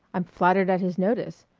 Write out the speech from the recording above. i'm flattered at his notice.